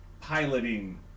piloting